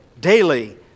daily